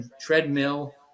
treadmill